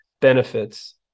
benefits